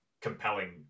compelling